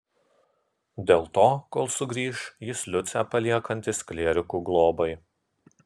dėl to kol sugrįš jis liucę paliekantis klierikų globai